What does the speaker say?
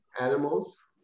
animals